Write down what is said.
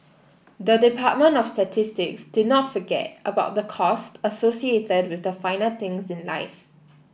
the Department of Statistics did not forget about the costs associated with the finer things in life